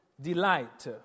delight